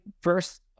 first